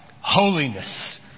holiness